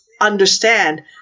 understand